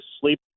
sleep